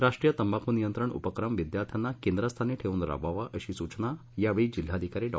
राष्ट्रीय तंबाखू नियंत्रण उपक्रम विद्यार्थ्यांना केंद्रस्थानी ठेवून राबवावा अशी सूचना यावेळी जिल्हाधिकारी डॉ